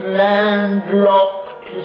landlocked